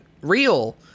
real